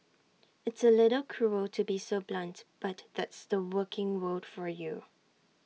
it's A little cruel to be so blunt but that's the working world for you